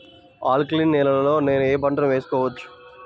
Alkaline నేలలో నేనూ ఏ పంటను వేసుకోవచ్చు?